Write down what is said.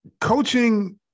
coaching